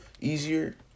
easier